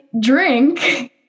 drink